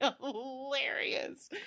hilarious